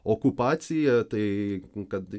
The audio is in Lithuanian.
okupacija tai kad